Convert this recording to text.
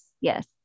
Yes